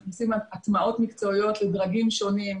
אנחנו עושים הטמעות מקצועיות לדרגים שונים,